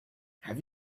have